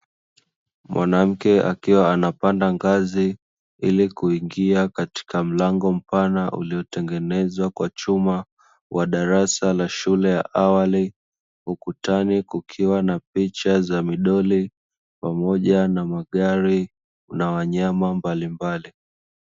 Mwanamke akiwa anapanda ngazi ili kuingia katika mlango mpana uliotengenezwa kwa chuma wa darasa la shule ya awali, ukutani kukiwa na picha za midoli pamoja na magari na wanyama mbalimbali.